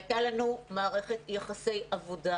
הייתה לנו מערכת יחסי עבודה